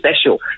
special